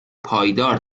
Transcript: پایدار